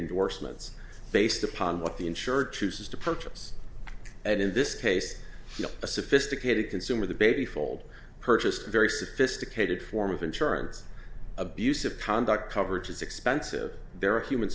indorsements based upon what the insured chooses to purchase and in this case a sophisticated consumer the baby fold purchased very sophisticated form of insurance abuse of panda coverage is expensive there are human